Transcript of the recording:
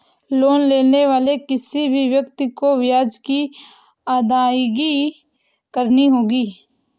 loan लेने वाले किसी भी व्यक्ति को ब्याज की अदायगी करनी होती है